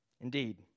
Indeed